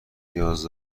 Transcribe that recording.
نیاز